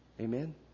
Amen